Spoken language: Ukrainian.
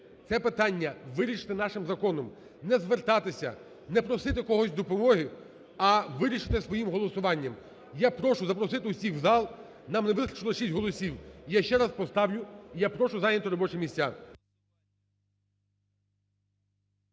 це питання вирішити нашим законом. Не звертатися, не просити у когось допомоги, а вирішити своїм голосуванням. Я прошу запросити усіх в зал, нам не вистачило шість голосів. Я ще раз поставлю і я прошу зайняти робочі місця.